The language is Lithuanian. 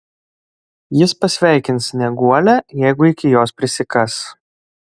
jis pasveikins snieguolę jeigu iki jos prisikas